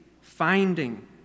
finding